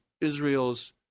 Israel's